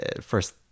first